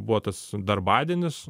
buvo tas darbadienis